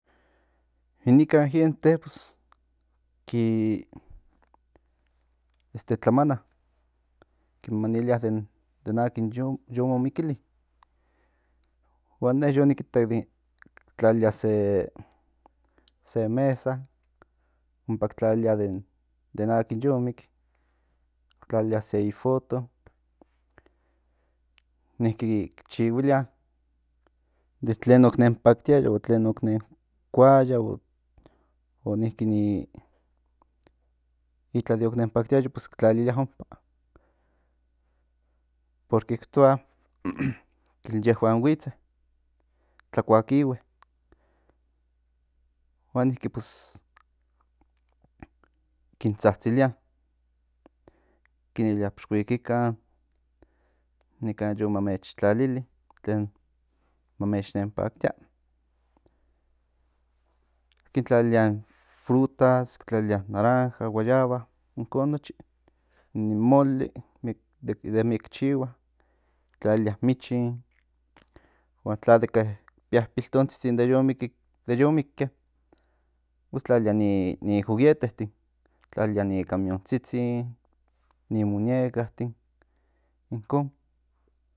Nikan gente ki tlamana kin manilia akin den yo mo mikili huan ne yo nikitak ki tlalia se mesa ompa ki tlalia den akin yomik tlalia se foto niki ki chilhuilia de tlen ok nenpaktiaya o de tlen ok nen kuaya o niki de tlen ok nen paktiaya niki tlalilia ompa porque ki toma in yehuan huitze tlakuakihue huan niki kin tsatsilia kin ilia xi huikikan nikan yo ma mech talili den ma mech nen paktia kin tlalilia fruta naranja guayaba ikon nochi nin moli de miel ki chihua tlalia michin huan tla ki pía piltontzitzin de yo mike pues tlalilia ni juguetetin tlalilia ni camiontsitsin ni muñecatin inkon